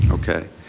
okay,